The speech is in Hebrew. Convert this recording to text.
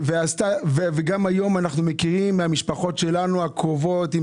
גם היום אנחנו מכירים מהמשפחות שלנו הקרובות, אם